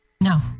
No